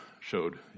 showed